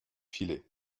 filets